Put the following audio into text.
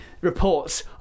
reports